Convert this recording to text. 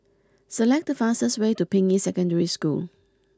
select the fastest way to Ping Yi Secondary School